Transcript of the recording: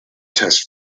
test